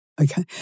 Okay